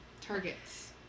Targets